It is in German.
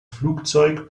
flugzeug